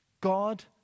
God